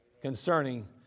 concerning